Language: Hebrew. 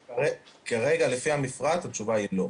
כרגע לפי המפרט התשובה היא לא.